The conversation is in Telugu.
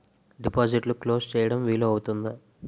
డిపాజిట్లు క్లోజ్ చేయడం వీలు అవుతుందా?